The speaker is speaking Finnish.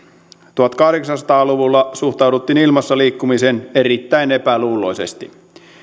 tuhatkahdeksansataa luvulla suhtauduttiin ilmassa liikkumiseen erittäin epäluuloisesti